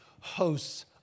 hosts